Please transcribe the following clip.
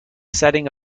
setting